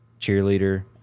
cheerleader